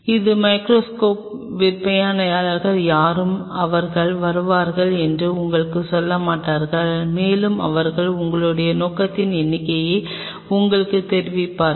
இது மைகிரோஸ்கோப் விற்பனையாளர் யாரும் அவர்கள் வருவார்கள் என்று உங்களுக்குச் சொல்ல மாட்டார்கள் மேலும் அவர்கள் உங்களுடைய நோக்கத்தின் எண்ணிக்கையை உங்களுக்குத் தெரிவிப்பார்கள்